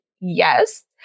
Yes